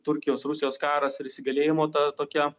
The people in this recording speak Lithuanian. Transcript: turkijos rusijos karas ir įsigalėjimo ta tokia